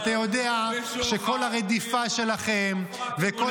הפרת אמונים --- אתה יודע שכל הרדיפה שלכם וכל